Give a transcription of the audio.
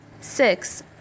Six